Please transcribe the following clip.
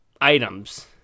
items